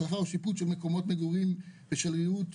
החלפה או שיפוץ של מקומות מגורים ושל ריהוט,